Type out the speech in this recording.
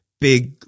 big